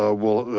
ah well,